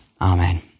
Amen